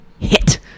Hit